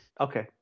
Okay